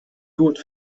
gut